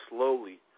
Slowly